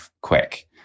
quick